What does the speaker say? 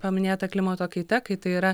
paminėta klimato kaita kai tai yra